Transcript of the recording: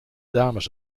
dames